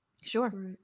Sure